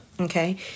Okay